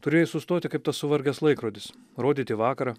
turėjai sustoti kaip tas suvargęs laikrodis rodyti vakarą